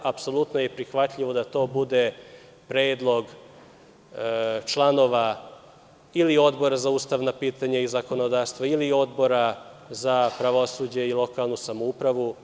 Apsolutno je prihvatljivo da to bude predlog članova ili Odbora za ustavna pitanja i zakonodavstvo ili Odbora za pravosuđe i lokalnu samoupravu.